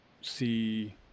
see